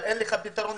לכמה אין לך פתרון?